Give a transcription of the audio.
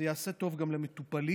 ויעשה טוב גם למטופלים,